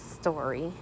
story